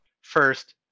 first